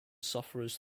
sufferers